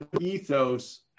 ethos